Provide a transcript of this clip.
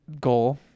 goal